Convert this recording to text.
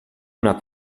una